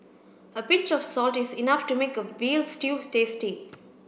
a pinch of salt is enough to make a veal stew tasty